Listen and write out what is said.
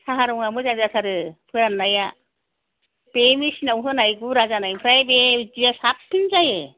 साहा रंआ मोजां जाथारो फोराननाया बे मेसिन आव होनाय गुरा जानायनिख्रुय बे बिदिया साबसिन जायो